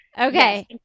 Okay